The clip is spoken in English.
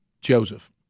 Joseph